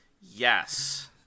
Yes